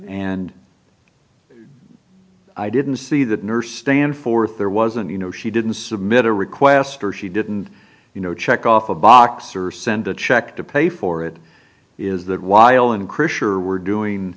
and i didn't see the nurse stand forth there wasn't you know she didn't submit a request or she didn't you know check off a box or send a check to pay for it is that while in krisher we're doing